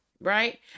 Right